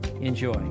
Enjoy